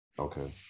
Okay